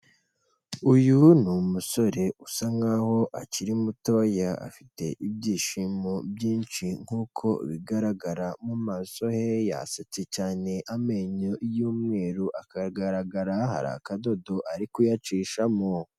Uyu ni umusore usa nk'aho akiri muto afite ibyishimo byinshi nk'uko bigaragara mu maso he yasetse cyane amenyo y'umweru akagaragara hari akadodo ari kuyacishamo.